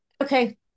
okay